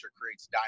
creates